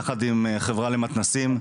יחד עם החברה למתנ"סים,